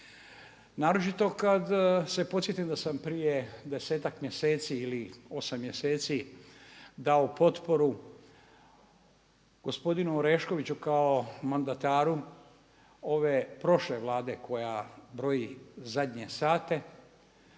Naročito kad se podsjetim da sam prije desetak mjeseci ili 8 mjeseci dao potporu gospodinu Oreškoviću kao mandataru ove prošle Vlade koja broji zadnje sate,